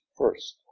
first